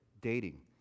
dating